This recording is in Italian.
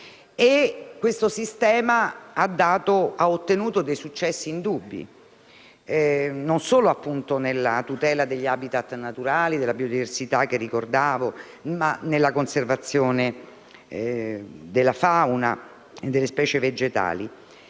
Questo sistema ha ottenuto successi indubbi, e non solo nella tutela degli *habitat* naturali e della biodiversità, che ho ricordato in precedenza, e nella conservazione della fauna e delle specie vegetali.